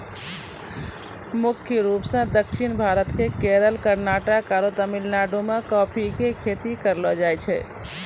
मुख्य रूप सॅ दक्षिण भारत के केरल, कर्णाटक आरो तमिलनाडु मॅ कॉफी के खेती करलो जाय छै